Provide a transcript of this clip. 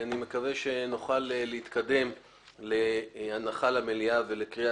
אני מקווה שנוכל להתקדם להנחה במליאה ולקריאה